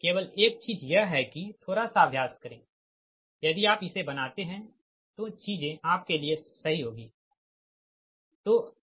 केवल एक चीज यह है कि थोड़ा सा अभ्यास करें यदि आप इसे बनाते हैं तो चीजें आपके लिए सही होंगी ठीक है